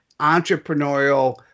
entrepreneurial